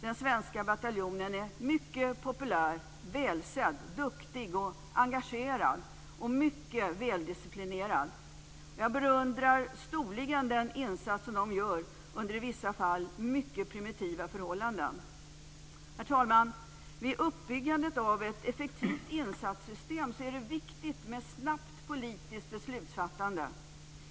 Den svenska bataljonen är mycket populär, välsedd, duktig, engagerad och mycket väldisciplinerad. Jag beundrar storligen den insats som bataljonen gör under i vissa fall mycket primitiva förhållanden. Herr talman! Vid uppbyggandet av ett effektivt insatssystem är det viktigt med snabbt politiskt beslutsfattande.